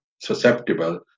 susceptible